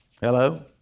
Hello